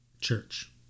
church